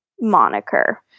moniker